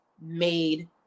made